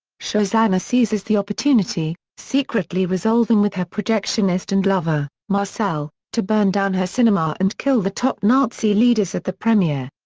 shosanna seizes the opportunity, secretly resolving with her projectionist and lover, marcel, to burn down her cinema and kill the top nazi leaders at the premiere.